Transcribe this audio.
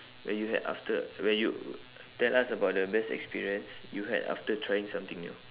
when you had after when you tell us about the best experience you had after trying something new